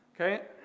Okay